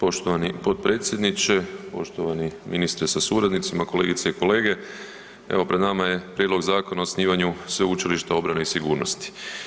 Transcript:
Poštovani potpredsjedniče, poštovani ministre sa suradnicima, kolegice i kolege, evo pred nama je Prijedlog Zakona o osnivanju Sveučilišta obrane i sigurnosti.